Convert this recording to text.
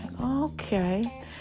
okay